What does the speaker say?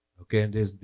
Okay